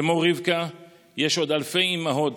כמו רבקה יש עוד אלפי אימהות